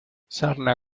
sarna